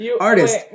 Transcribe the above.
Artist